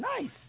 Nice